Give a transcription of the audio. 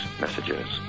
messages